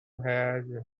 has